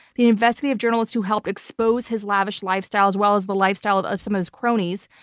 the investigative journalist who helped expose his lavish lifestyle, as well as the lifestyle of of some of his cronies,